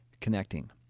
connecting